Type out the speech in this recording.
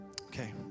Okay